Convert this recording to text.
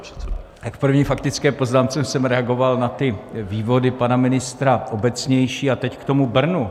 V první faktické poznámce jsem reagoval na ty vývody pana ministra obecnější a teď k tomu Brnu.